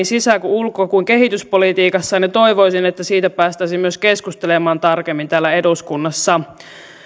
sisä ulko kuin kehityspolitiikassaan toivoisin että siitä päästäisiin myös keskustelemaan tarkemmin täällä eduskunnassa